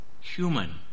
human